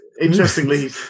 Interestingly